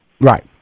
Right